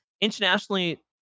internationally